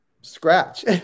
scratch